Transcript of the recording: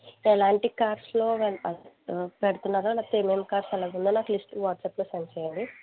ఎలాంటి కార్స్లో పెడుతున్నారో నాకు ఏమి ఏమి కార్స్ అలాగ ఉన్నాయో నాకు లిస్ట్ వాట్సాప్లో సెండ్ చేయండి